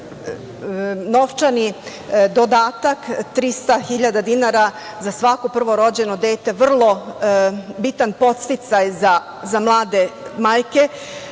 novčani dodatak 300 hiljada dinara za svako prvorođeno dete vrlo bitan podsticaj za mlade majke.